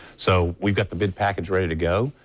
so we've got the bid package ready to go.